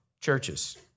churches